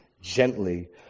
gently